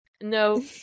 no